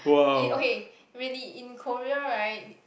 okay really in Korea right